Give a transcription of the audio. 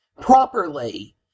properly